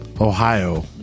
Ohio